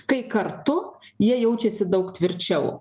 kai kartu jie jaučiasi daug tvirčiau